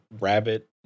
rabbit